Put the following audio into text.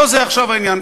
לא זה עכשיו העניין.